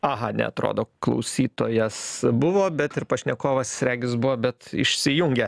aha neatrodo klausytojas buvo bet ir pašnekovas regis buvo bet išsijungė